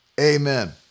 amen